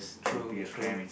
true true